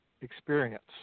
experience